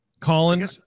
Colin